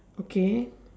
okay